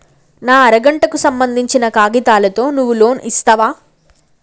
నా అర గంటకు సంబందించిన కాగితాలతో నువ్వు లోన్ ఇస్తవా?